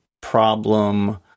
problem